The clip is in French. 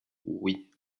oui